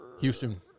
Houston